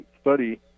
study